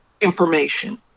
information